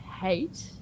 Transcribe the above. hate